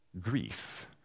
grief